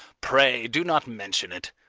pray do not mention it.